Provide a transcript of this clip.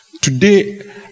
Today